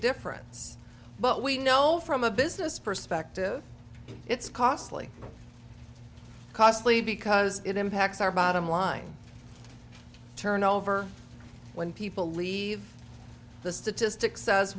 difference but we know from a business perspective it's costly costly because it impacts our bottom line turnover when people leave the statistic says